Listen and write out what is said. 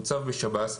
מוצב בשב"ס,